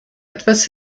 etwas